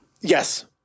Yes